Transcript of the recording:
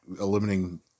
eliminating